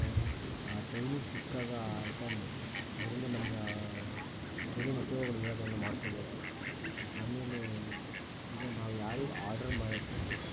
ಆ ಟೈಮಿಗೆ ಸಿಕ್ಕಾಗ ಆ ಐಟೆಮು ಅದರಿಂದ ನಮಗೆ ಏನೇನು ಉಪಯೋಗಗಳಿವೆ ಅದನ್ನ ಮಾಡ್ಕೋಬೋದು ಆಮೇಲೆ ಈಗ ನಾವು ಯಾರಿಗೆ ಆರ್ಡ್ರ್ ಮಾಡಿರ್ತೀವಿ